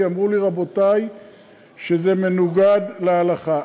כי אמרו לי רבותי שזה מנוגד להלכה.